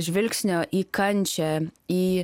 žvilgsnio į kančią į